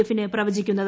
എഫിന് പ്രവചിക്കുന്നത്